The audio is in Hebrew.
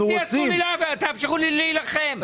אז תאפשרו לי להילחם,